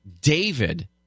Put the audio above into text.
David